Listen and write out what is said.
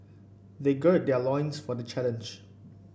they gird their loins for the challenge